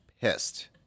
pissed